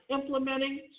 implementing